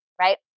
right